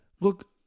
Look